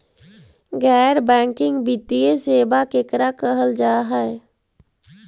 गैर बैंकिंग वित्तीय सेबा केकरा कहल जा है?